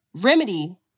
remedy